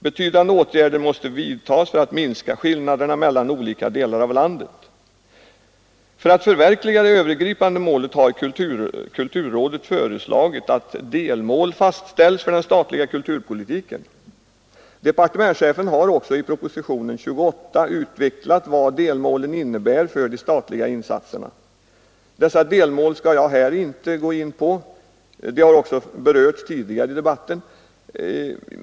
Betydande åtgärder måste vidtas för att minska skillnaderna mellan olika delar av landet. För att förverkliga det övergripande målet har kulturrådet föreslagit att delmål fastställs för den statliga kulturpolitiken. Departementschefen har också i propositionen 28 utvecklat vad delmålen innebär för de statliga insatserna. Dessa delmål skall jag här inte gå in på — de har berörts tidigare i debatten.